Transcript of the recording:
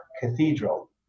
Cathedral